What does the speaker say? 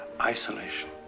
isolation